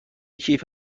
کیف